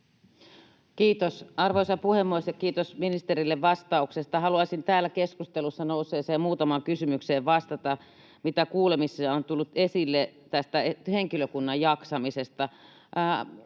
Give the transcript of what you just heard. Kiitos, arvoisa puhemies! Ja kiitos ministerille vastauksesta. Haluaisin vastata täällä keskustelussa nousseeseen muutamaan kysymykseen, mitä kuulemisissa on tullut esille tästä henkilökunnan jaksamisesta.